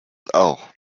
auch